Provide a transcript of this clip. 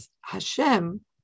Hashem